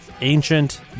ancient